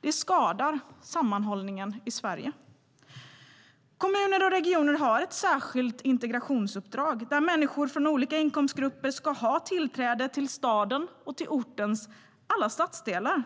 Det skadar sammanhållningen i Sverige. Kommuner och regioner har ett särskilt integrationsuppdrag där människor från olika inkomstgrupper ska ha tillträde till stadens och ortens alla delar.